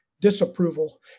disapproval